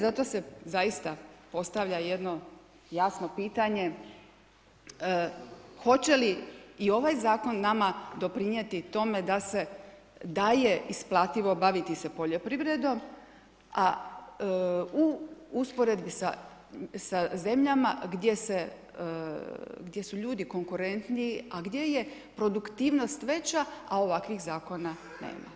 Zato se zaista postavlja jedno jasno pitanje, hoće li i ovaj zakon nama doprinijeti tome da se da je isplativo baviti se poljoprivredom, a u usporedbi sa zemljama gdje su ljudi konkurentniji, a gdje je produktivnost veća, a ovakvih zakona nema.